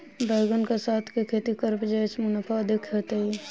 बैंगन कऽ साथ केँ खेती करब जयसँ मुनाफा अधिक हेतइ?